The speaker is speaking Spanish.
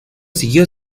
siguió